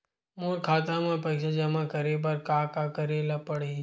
मोर खाता म पईसा जमा करे बर का का करे ल पड़हि?